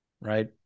right